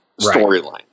storyline